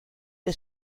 que